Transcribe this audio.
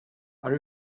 are